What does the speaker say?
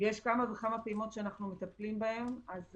יש כמה וכמה פעימות שאנחנו מטפלים בהן, אז